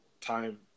time